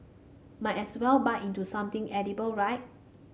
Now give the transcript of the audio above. might as well bite into something edible right